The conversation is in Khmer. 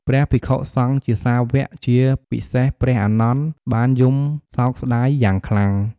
ព្រះភិក្ខុសង្ឃជាសាវក ជាពិសេសព្រះអានន្ទ បានយំសោកស្តាយយ៉ាងខ្លាំង។